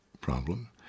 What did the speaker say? problem